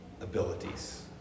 abilities